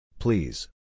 Please